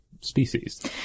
species